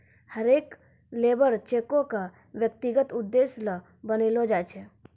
हरेक लेबर चेको क व्यक्तिगत उद्देश्य ल बनैलो जाय छै